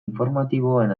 informatiboen